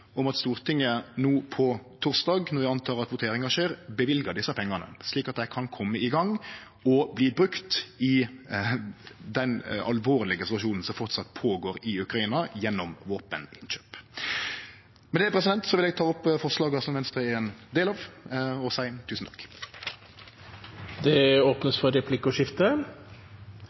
om at Stortinget no på torsdag, når det vert votert over dette, løyver desse pengane, slik at dei kan kome i gang og pengane kan verte brukte til våpeninnkjøp i den alvorlege situasjonen som framleis går føre seg i Ukraina. Med det tek eg opp dei forslaga som Venstre er ein del av, og seier tusen takk. Det er et veldig alvorlig bakteppe og bakgrunn for